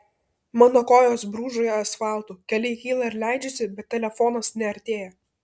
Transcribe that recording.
mano kojos brūžuoja asfaltu keliai kyla ir leidžiasi bet telefonas neartėja